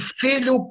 filho